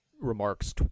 remarks